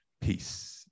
Peace